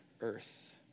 earth